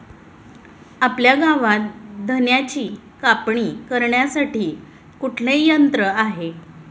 आपल्या गावात धन्याची कापणी करण्यासाठी कुठले यंत्र आहे?